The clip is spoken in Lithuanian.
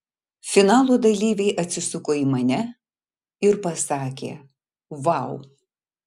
finalo dalyviai atsisuko į mane ir pasakė vau